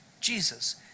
Jesus